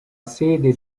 sede